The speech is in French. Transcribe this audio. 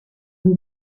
lui